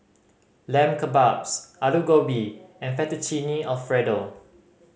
Lamb Kebabs Alu Gobi and Fettuccine Alfredo